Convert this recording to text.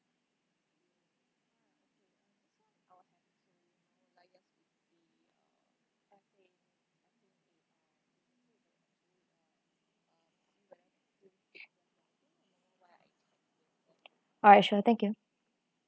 alright sure thank you